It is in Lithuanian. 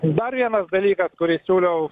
dar vienas dalykas kurį siūliau